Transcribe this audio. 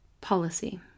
policy